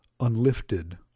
Unlifted